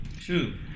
shoot